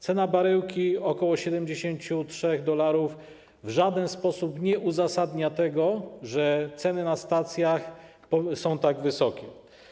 Cena baryłki - ok. 73 dolarów - w żaden sposób nie uzasadnia tego, że ceny na stacjach są tak wysokie.